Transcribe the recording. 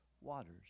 waters